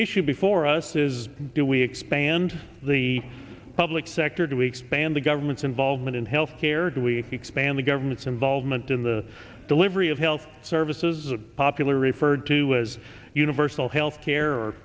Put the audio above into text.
issue before us is do we expand the public sector to expand the government's involvement in health care do we expand the government's involvement in the delivery of health services a popular referred to as universal health care